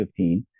2015